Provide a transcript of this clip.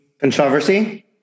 Controversy